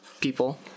people